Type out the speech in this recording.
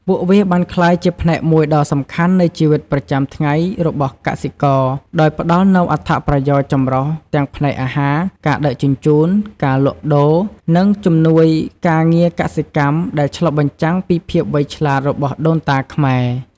ពួកវាបានក្លាយជាផ្នែកមួយដ៏សំខាន់នៃជីវិតប្រចាំថ្ងៃរបស់កសិករ ដោយផ្ដល់នូវអត្ថប្រយោជន៍ចម្រុះទាំងផ្នែកអាហារ ការដឹកជញ្ជូន ការលក់ដូរ និងជំនួយការងារកសិកម្មដែលឆ្លុះបញ្ចាំងពីភាពវៃឆ្លាតរបស់ដូនតាខ្មែរ។